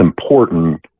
important